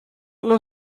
non